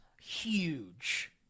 huge